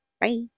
Bye